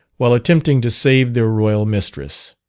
while attempting to save their royal mistress.